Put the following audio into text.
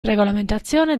regolamentazione